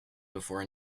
before